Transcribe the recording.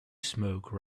smoke